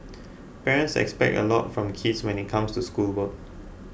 parents expect a lot from kids when it comes to schoolwork